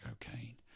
Cocaine